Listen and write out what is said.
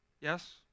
Yes